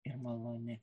ir maloni